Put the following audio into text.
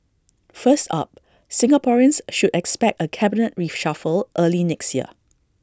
first up Singaporeans should expect A cabinet reshuffle early next year